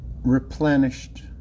replenished